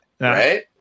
right